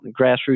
grassroots